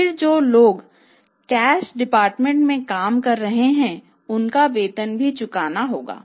फिर जो लोग कैश डिपार्टमेंट में काम कर रहे हैं उनका वेतन भी चुकाना होगा